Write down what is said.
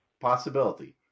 possibility